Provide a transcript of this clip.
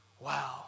Wow